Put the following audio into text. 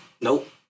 Nope